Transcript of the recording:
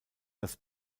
das